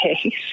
case